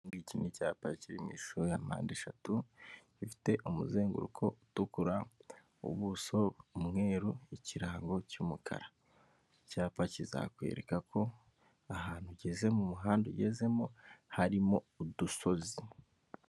Iki ni icyapa kiri mu ishusho ya mpande eshatu ifite umuzenguruko utukura, ubuso umweru, ikirango cy'umukara. icyapa kizakwereka ko ahantu ugeze mu muhanda ugezemo harimo udusozi.